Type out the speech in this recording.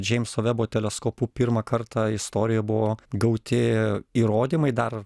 džeimso vebo teleskopu pirmą kartą istorijoj buvo gauti įrodymai dar